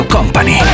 Company